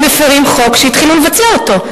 הם מפירים חוק שהתחילו לבצע אותו.